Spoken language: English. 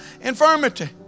infirmity